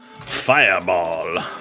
fireball